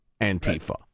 Antifa